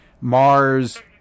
Mars